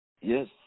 Yes